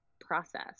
process